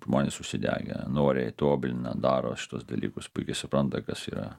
žmonės užsidegę noriai tobulina daro šituos dalykus puikiai supranta kas yra